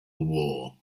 war